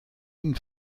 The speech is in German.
ihnen